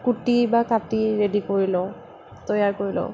কুটি বা কাটি ৰেডি কৰি লওঁ তৈয়াৰ কৰি লওঁ